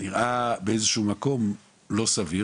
נראה באיזשהו מקום לא סביר.